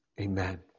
amen